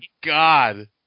god